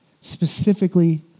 specifically